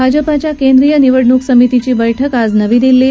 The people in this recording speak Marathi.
भाजपाच्या केंद्रीय निवडणूक समितीची बैठक आज नवी दिल्लीत